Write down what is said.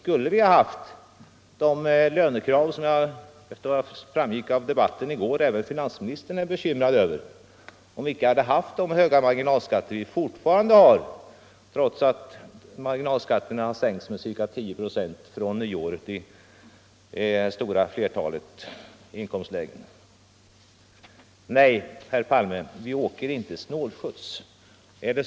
Skulle vi ha haft de höga lönekrav som, enligt vad som framgick i gårdagens debatt, även finansministern är bekymrad över, om vi inte hade haft de höga marginalskatter vi fortfarande har, trots att marginalskatterna sänks med ca 10 procent från nyåret i det stora flertalet inkomstlägen? Nej, herr Palme, vi åker inte snålskjuts.